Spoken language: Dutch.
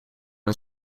het